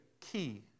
key